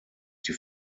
die